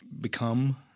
become